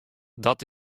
dat